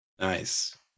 Nice